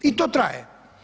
I to traje.